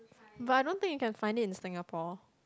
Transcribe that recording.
but I don't think you can find it in Singapore